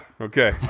Okay